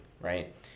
right